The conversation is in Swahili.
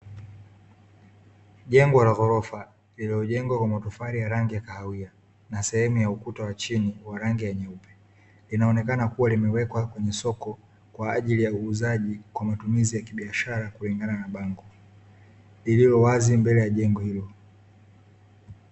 Jengo la ghorofa lililojengwa kwa matofali ya rangi ya kahawia na sehemu ya ukuta wa chini wa rangi ya nyeupe. Inaonekana kuwa limewekwa kwenye soko kwa ajili ya uuzaji kwa matumizi ya kibiashara kulingana na bango, lililo wazi mbele ya jengo hilo.